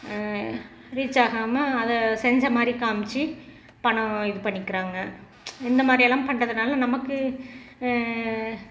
reach ஆகாமல் அதை செஞ்ச மாதிரி காமித்து பணம் இது பண்ணிக்கிறாங்க இந்த மாதிரி எல்லாம் பண்ணுறதுனால நமக்கு